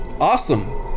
awesome